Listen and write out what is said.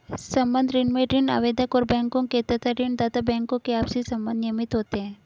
संबद्ध ऋण में ऋण आवेदक और बैंकों के तथा ऋण दाता बैंकों के आपसी संबंध नियमित होते हैं